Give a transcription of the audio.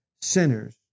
sinners